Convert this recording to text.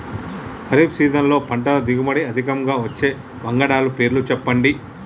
ఖరీఫ్ సీజన్లో పంటల దిగుబడి అధికంగా వచ్చే వంగడాల పేర్లు చెప్పండి?